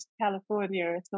California